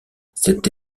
cette